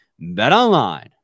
BetOnline